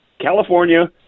California